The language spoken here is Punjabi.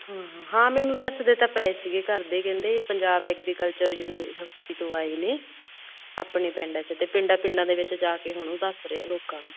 ਹਾਂ ਹਾਂ ਹਾਂ ਮੈਨੂੰ ਦੱਸ ਦੇ ਤਾਂ ਪਏ ਸੀਗੇ ਘਰ ਦੇ ਕਹਿੰਦੇ ਪੰਜਾਬ ਐਗਰੀਕਲਚਰ ਯੂਨੀਵਰਸਿਟੀ ਤੋਂ ਆਏ ਨੇ ਆਪਣੇ ਪਿੰਡ 'ਚ ਅਤੇ ਪਿੰਡਾਂ ਪਿੰਡਾਂ ਦੇ ਵਿੱਚ ਜਾ ਕੇ ਹੁਣ ਉਹ ਦੱਸ ਰਹੇ ਹੈ ਲੋਕਾਂ ਨੂੰ